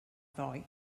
ddoe